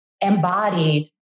embodied